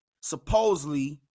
supposedly